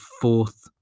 fourth